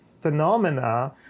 phenomena